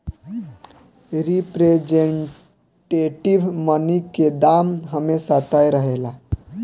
representative money के दाम हमेशा तय रहेला